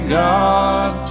god